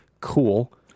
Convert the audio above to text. Cool